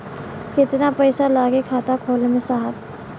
कितना पइसा लागि खाता खोले में साहब?